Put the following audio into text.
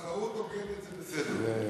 תחרות הוגנת, זה בסדר.